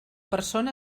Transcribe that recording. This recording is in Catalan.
persona